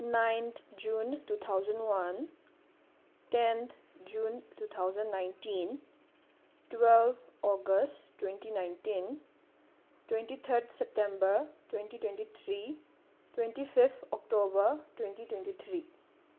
ninth June two thousand one tenth June two thousand nineteen twelve August twenty nineteen twenty third September twenty twenty three twenty fifth October twenty twenty three